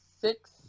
six